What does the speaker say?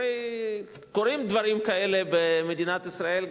הרי קורים דברים כאלה במדינת ישראל,